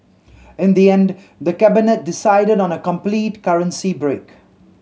in the end the Cabinet decided on a complete currency break